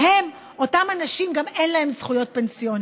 והם, אותם אנשים, גם אין להם זכויות פנסיוניות.